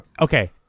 Okay